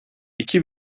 iki